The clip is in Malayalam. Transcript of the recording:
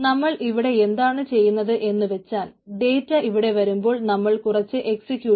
നമ്മൾ ഇവിടെ എന്താണ് ചെയ്യുന്നത് എന്നുവച്ചാൽ ഡേറ്റ ഇവിടെ വരുമ്പോൾ നമ്മൾ കുറച്ച് എക്സിക്യൂഷൻ